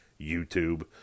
YouTube